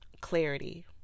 clarity